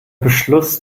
beschluss